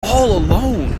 alone